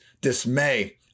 dismay